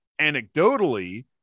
anecdotally